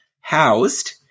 housed